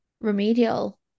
remedial